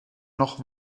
noch